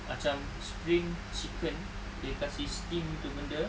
macam spring chicken dia kasih steam itu benda